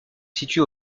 situe